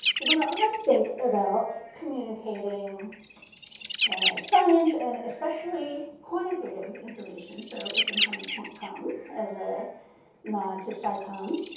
when i think about communicating science and especially quantitative information. so which i'm calling quan com as a nod to so com.